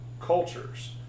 cultures